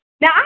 Now